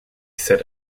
said